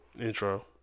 Intro